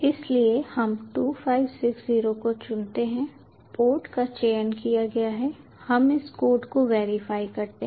इसलिए हम 2560 को चुनते हैं पोर्ट का चयन किया गया है हम इस कोड को वेरीफाई करते हैं